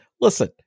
listen